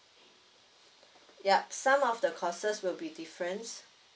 yup some of the courses will be different